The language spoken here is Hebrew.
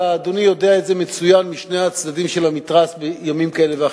ואדוני יודע את זה מצוין משני הצדדים של המתרס בימים כאלה ואחרים: